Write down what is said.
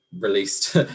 released